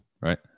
right